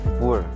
poor